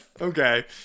Okay